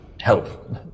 help